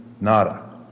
Nada